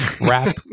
rap